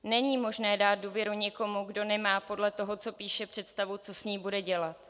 Není možné dát důvěru někomu, kdo nemá podle toho, co píše, představu, co s ní bude dělat.